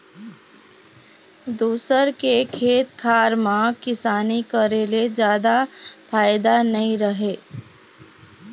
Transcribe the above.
दूसर के खेत खार म किसानी करे ले जादा फायदा नइ रहय